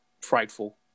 frightful